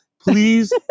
please